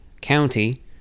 County